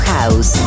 House